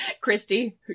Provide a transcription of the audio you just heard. Christy